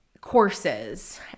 courses